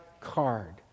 card